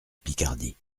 picardie